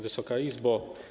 Wysoka Izbo!